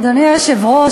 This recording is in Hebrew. אדוני היושב-ראש,